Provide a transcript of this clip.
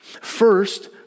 First